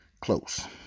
close